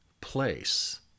place